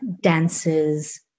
dances